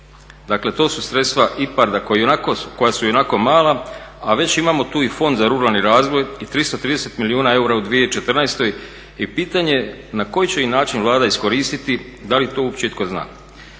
Dakle to su sredstva IPARD-a koja su ionako mala, a već imamo tu i Fond za ruralni razvoj i 330 milijuna eura u 2014. i pitanje je na koji će ih način Vlada iskoristiti, da li to uopće itko zna.